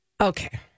Okay